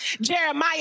Jeremiah